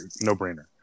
no-brainer